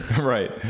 Right